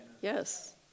Yes